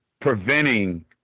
preventing